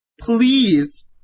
please